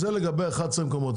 זה לגבי 13 המקומות.